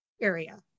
area